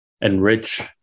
enrich